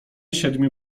siedmiu